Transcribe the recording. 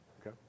Okay